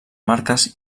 marques